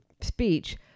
speech